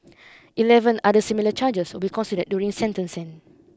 eleven other similar charges will be considered during sentencing